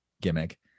gimmick